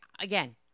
Again